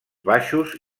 baixos